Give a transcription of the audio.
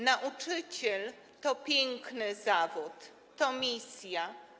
Nauczyciel to piękny zawód, to misja.